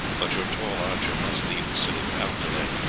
but your tall archer must leave the city without delay,